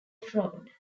frowned